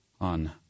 on